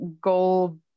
gold